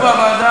יבדקו בוועדה.